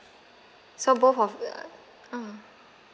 so both of uh mm